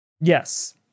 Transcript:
Yes